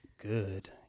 Good